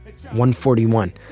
141